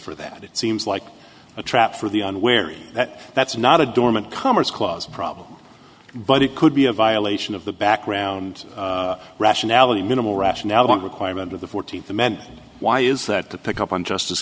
for that it seems like a trap for the unwary that that's not a dormant commerce clause problem but it could be a violation of the background rationality minimal rationale one requirement of the fourteenth amendment why is that to pick up on justice